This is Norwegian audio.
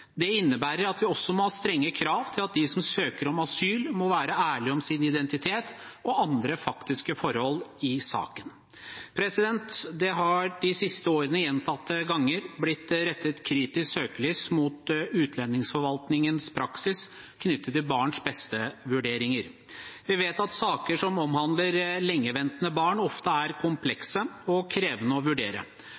Det innebærer at vi også må ha strenge krav til at de som søker om asyl, må være ærlige om sin identitet og andre faktiske forhold i saken. Det har de siste årene gjentatte ganger blitt rettet kritisk søkelys mot utlendingsforvaltningens praksis knyttet til barns-beste-vurderinger. Vi vet at saker som omhandler lengeventende barn, ofte er